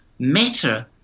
Matter